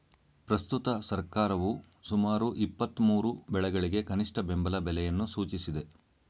ಪ್ರಸ್ತುತ ಸರ್ಕಾರವು ಸುಮಾರು ಇಪ್ಪತ್ಮೂರು ಬೆಳೆಗಳಿಗೆ ಕನಿಷ್ಠ ಬೆಂಬಲ ಬೆಲೆಯನ್ನು ಸೂಚಿಸಿದೆ